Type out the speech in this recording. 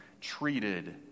treated